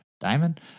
Diamond